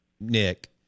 Nick